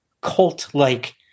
cult-like